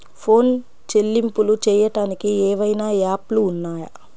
Phone చెల్లింపులు చెయ్యటానికి ఏవైనా యాప్లు ఉన్నాయా?